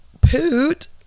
poot